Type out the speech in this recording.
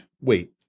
Wait